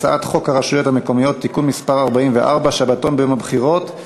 הצעת החוק הרשויות המקומיות (תיקון מס' 44) (שבתון ביום הבחירות)